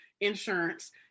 insurance